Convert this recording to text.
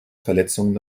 verletzungen